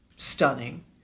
Stunning